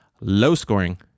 low-scoring